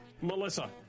Melissa